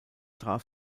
trat